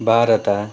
Bharat